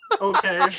Okay